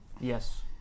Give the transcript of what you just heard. Yes